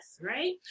right